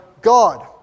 God